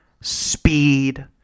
speed